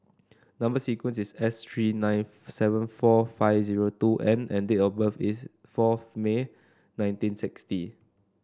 number sequence is S three nine seven four five zero two N and date of birth is fourth May nineteen sixty